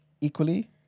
equally